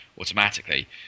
automatically